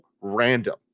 random